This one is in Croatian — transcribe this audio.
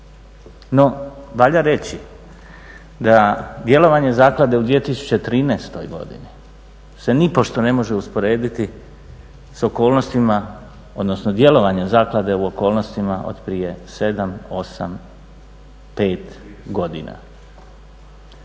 No, valja reći da djelovanje zaklade u 2013.godini se nipošto ne može usporediti s okolnostima, odnosno djelovanja Jer prije 5 ili 8 godina